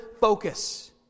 focus